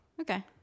Okay